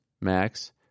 Max